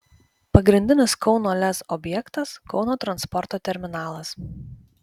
pagrindinis kauno lez objektas kauno transporto terminalas